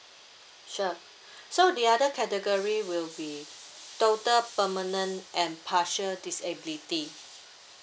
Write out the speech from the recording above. sure so the other category will be total permanent and partial disability